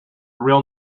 real